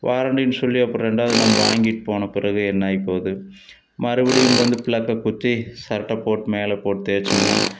வாரண்டின்னு சொல்லி அப்புறம் ரெண்டாவது நம்ம வாங்கிட்டு போன பிறகு என்ன ஆகி போகுது மறுபடியும் வந்து பிளக்கை குத்தி சட்டை போட்டு மேலே போட்டு தேய்ச்சமுன்னா